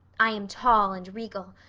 i am tall and regal,